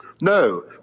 No